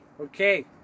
Okay